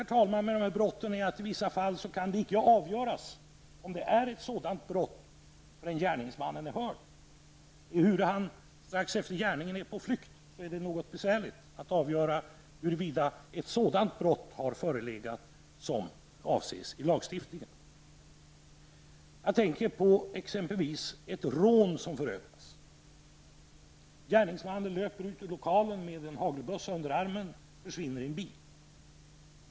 Problemet med dessa brott är att i vissa fall kan det icke avgöras om det är ett sådant brott förrän gärningsmannen är hörd och han är strax efter gärningen på flykt. Då är det något besvärligt att avgöra huruvida ett sådant brott som avses i lagstiftningen har förelegat. Jag tänker exempelvis på ett rån som förövas. Gärningsmannen löper ut ur lokalen med en hagelbössa under armen och försvinner i en bil.